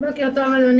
בוקר טוב.